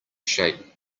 shape